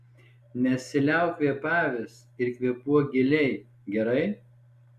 nesiliauk kvėpavęs ir kvėpuok giliai gerai